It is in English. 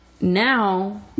now